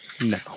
No